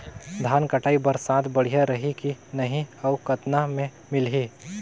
धान कटाई बर साथ बढ़िया रही की नहीं अउ कतना मे मिलही?